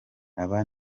aba